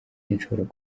sinshobora